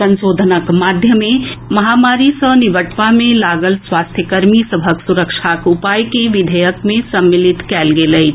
संशोधनक माध्यमे महामारी सँ निबटबा मे लागल स्वास्थ्यकर्मी सभक सुरक्षाक उपाय के विधेयक मे सम्मिलित कएल गेल अछि